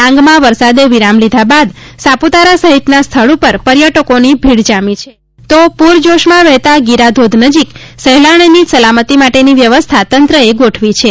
ડાંગમાં વરસાદે વિરામ લીધા બાદ સાપુતારા સહિતના સ્થળ ઉપર પર્યટકોની ભીડ જામી છે તો પુરજોશમાં વહેતા ગીરાધોધ નજીક સહેલાણીની સલામતી માટેની વ્યવસ્થા તંત્રએ ગોઠવી છે